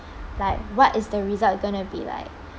like what is the result going to be like